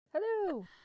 Hello